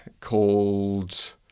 called